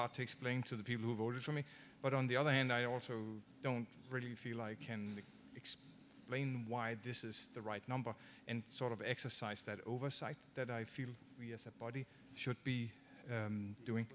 hard to explain to the people who voted for me but on the other hand i also don't really feel i can express lane why this is the right number and sort of exercise that oversight that i feel that body should be doing